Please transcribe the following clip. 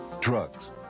Drugs